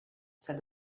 said